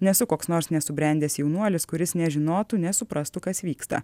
nesu koks nors nesubrendęs jaunuolis kuris nežinotų nesuprastų kas vyksta